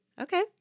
Okay